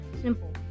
Simple